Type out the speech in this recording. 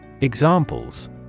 Examples